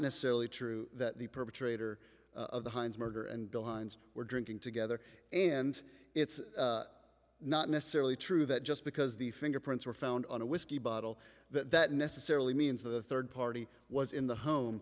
necessarily true that the perpetrator of the heinz murder and bill hines were drinking together and it's not necessarily true that just because the fingerprints were found on a whiskey bottle that that necessarily means the third party was in the home